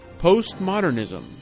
Postmodernism